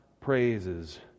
praises